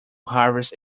harvest